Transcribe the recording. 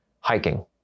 hiking